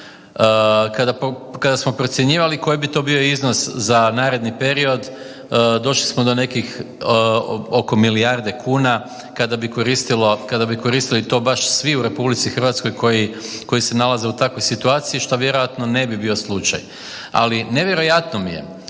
Kada smo procjenjivali koji bi to bio iznos za naredni period došli smo do nekih oko milijarde kuna kada bi koristili to baš svi u RH koji se nalaze u takvoj situaciji, što vjerojatno ne bi bio slučaj. Ali nevjerojatno mi je